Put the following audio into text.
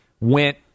went